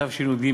התשי"ג,